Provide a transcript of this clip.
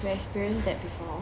you experience that before